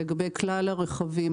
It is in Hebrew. לגבי כלל הרכבים,